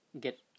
get